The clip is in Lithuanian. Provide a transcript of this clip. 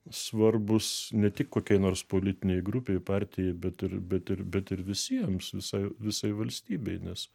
svarbūs ne tik kokiai nors politinei grupei partijai bet ir bet ir bet ir visiems visai visai valstybei nes